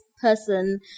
person